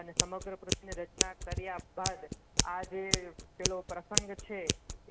અને સમગ્ર પૃથ્વીને રચના કર્યા બાદ આ જે પેલો પ્રસંગ છે